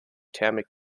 thermik